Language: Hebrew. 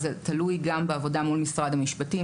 זה תלוי גם בעבודה מול משרד המשרדים.